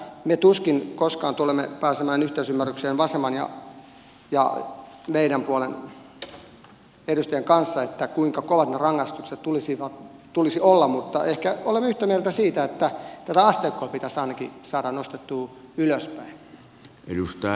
me tuskin koskaan tulemme pääsemään yhteisymmärrykseen vasemman ja meidän puolen edustajan kanssa siitä kuinka kovia niiden rangaistusten tulisi olla mutta ehkä olemme yhtä mieltä siitä että tätä asteikkoa pitäisi ainakin saada nostettua ylöspäin